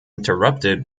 interrupted